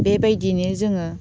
बेबायदिनो जोङो